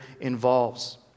involves